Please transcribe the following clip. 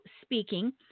speaking